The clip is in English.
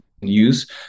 use